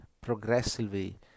progressively